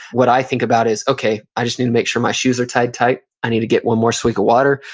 what i think about is, okay, i just need to make sure my shoes are tied tight, i need to get one more swig of water,